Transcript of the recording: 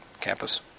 campus